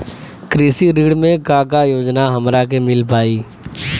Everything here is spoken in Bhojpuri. कृषि ऋण मे का का योजना हमरा के मिल पाई?